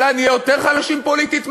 כשאולי נהיה יותר חלשים פוליטית,